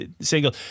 single